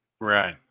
Right